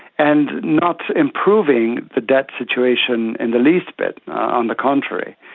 and not improving the debt situation in the least bit. on the contrary.